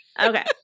Okay